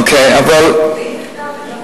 אוקיי, אבל